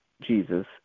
Jesus